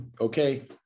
okay